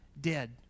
dead